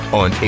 on